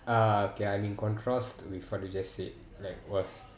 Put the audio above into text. uh okay I'm in contrast to with what you just said like what